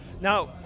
Now